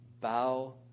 Bow